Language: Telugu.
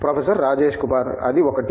ప్రొఫెసర్ రాజేష్ కుమార్ అది ఒకటి